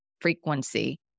frequency